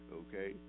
okay